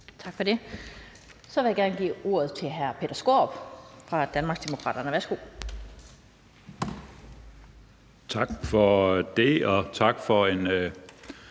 Tak for det. Så vil jeg gerne give ordet til hr. Peter Skaarup fra Danmarksdemokraterne. Værsgo. Kl. 18:18 Peter Skaarup